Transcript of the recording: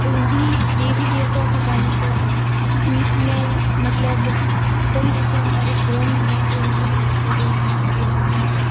तो हिंदी देवी देवताओं के टाइम से है इनमें मतलब कहीं ऐसे हमारे ग्रंथ है जो हिंदी में लिखे हुए हैं पुराने